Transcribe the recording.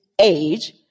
age